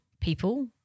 people